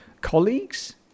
colleagues